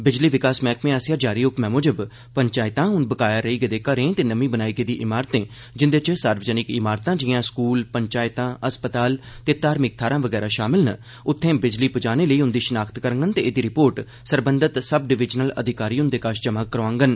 बिजली विकास मैहकमे आसेआ जारी हुक्मै मुजब पंचैतां हून बकाया रेई गेदे घरें ते नमीं बनाई गेदी इमारतें जिंदे च सार्वजनिक इमारतां जिआं स्कूल पंचैतां हस्पताल ते धार्मिक थाहरां वगरा षामिल न उत्थें बिजली पुजाने लेई उंदी षनाख्त करडने ते एहदी रिपोर्ट सरबंधत सब डिवीजनल अधिकारी हुंदे कष जमा करोआडन